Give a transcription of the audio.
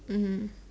mmhmm